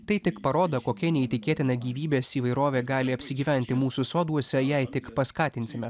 tai tik parodo kokia neįtikėtina gyvybės įvairovė gali apsigyventi mūsų soduose jei tik paskatinsime